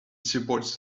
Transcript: supports